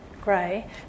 grey